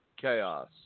chaos